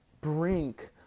brink